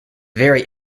very